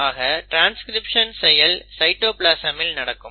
ஆக ட்ரான்ஸ்கிரிப்ஷன் செயல் சைட்டோபிளாசமில் நடக்கும்